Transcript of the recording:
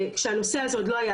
אלא במשרד התמ"ת ,